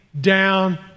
down